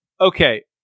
Okay